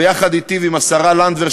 ויחד אתי ועם השרה לנדבר,